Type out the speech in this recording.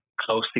closely